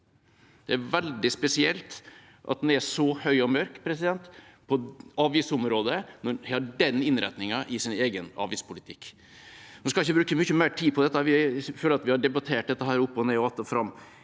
Det er veldig spesielt at en er så høy og mørk på avgiftsområdet når en har den innretningen i sin egen avgiftspolitikk. Nå skal jeg ikke bruke mye mer tid på dette, jeg føler at vi har debattert det opp og ned og att